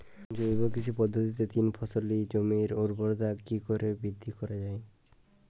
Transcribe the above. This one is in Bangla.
জৈব কৃষি পদ্ধতিতে তিন ফসলী জমির ঊর্বরতা কি করে বৃদ্ধি করা য়ায়?